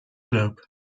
globe